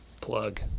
Plug